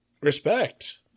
respect